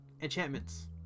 enchantments